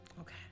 Okay